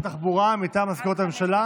התחבורה מטעם מזכירות הממשלה